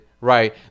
right